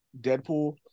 Deadpool